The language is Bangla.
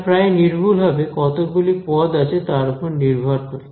এটা প্রায় নির্ভুল হবে কতগুলি পদ আছে তার ওপর নির্ভর করে